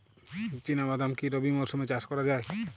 চিনা বাদাম কি রবি মরশুমে চাষ করা যায়?